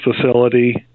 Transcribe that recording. facility